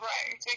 Right